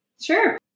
Sure